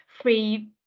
free